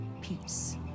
peace